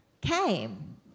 came